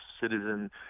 citizen